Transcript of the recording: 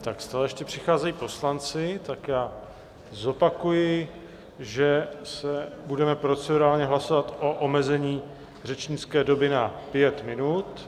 Stále ještě přicházejí poslanci, tak já zopakuji, že budeme procedurálně hlasovat o omezení řečnické doby na pět minut.